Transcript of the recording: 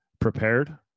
prepared